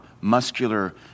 muscular